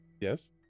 Yes